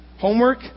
Homework